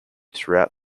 throughout